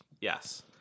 Yes